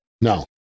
No